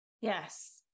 Yes